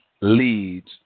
leads